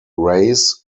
race